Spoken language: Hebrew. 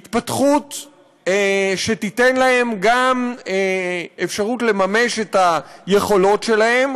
התפתחות שתיתן להם גם אפשרות לממש את היכולות שלהם,